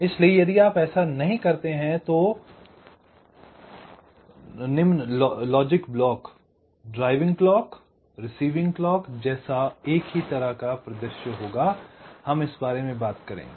इसलिए यदि आप ऐसा नहीं करते हैं तो निम्न logic block driving clock receiving clock जैसा एक ही तरह का परिदृश्य होगा हम इस बारे में बात करेंगे